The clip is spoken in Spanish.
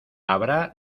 habrá